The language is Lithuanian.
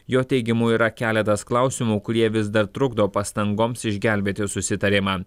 jo teigimu yra keletas klausimų kurie vis dar trukdo pastangoms išgelbėti susitarimą